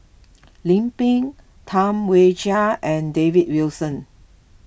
Lim Pin Tam Wai Jia and David Wilson